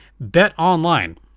BetOnline